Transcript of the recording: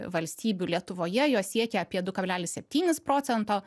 valstybių lietuvoje jos siekia apie du kablelis septynis procento